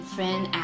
Friend